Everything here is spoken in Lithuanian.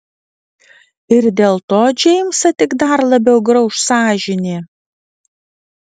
ir dėl to džeimsą tik dar labiau grauš sąžinė